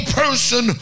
person